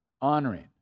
honoring